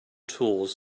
tools